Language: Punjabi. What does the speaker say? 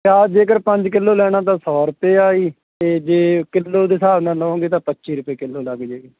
ਪਿਆਜ਼ ਜੇਕਰ ਪੰਜ ਕਿੱਲੋ ਲੈਣਾ ਤਾਂ ਸੌ ਰੁਪਏ ਆ ਜੀ ਅਤੇ ਜੇ ਕਿੱਲੋ ਦੇ ਹਿਸਾਬ ਨਾਲ ਲਓਗੇ ਤਾਂ ਪੱਚੀ ਰੁਪਏ ਕਿੱਲੋ ਲੱਗ ਜਾਏਗਾ